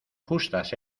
justas